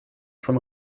von